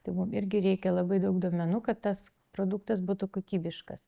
tai mum irgi reikia labai daug duomenų kad tas produktas būtų kokybiškas